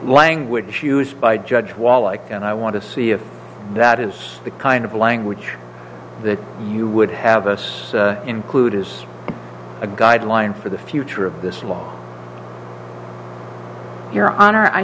language used by judge wallach and i want to see if that is the kind of language that you would have us include is a guideline for the future of this law your honor i